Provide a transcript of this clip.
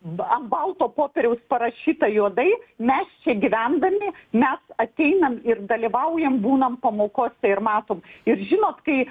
ba ant balto popieriaus parašytą juodai mes čia gyvendami mes ateinam ir dalyvaujam būnam pamokose ir matom ir žinot kai